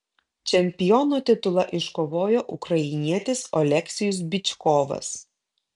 čempiono titulą iškovojo ukrainietis oleksijus byčkovas